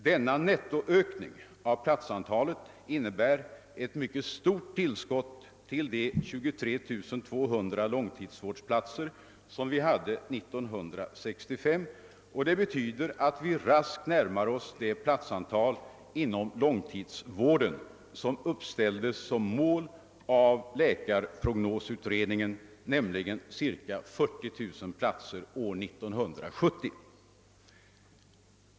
Denna nettoökning av platsantalet innebär ett mycket stort tillskott till de 23 200 långtidsvårdsplatser som fanns 1965. Det betyder att vi raskt närmar oss det platsantal inom långtidsvården, som uppställdes som mål av läkarprognosutredningen, nämligen cirka 40 000 platser år 1970.